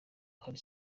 hari